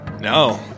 No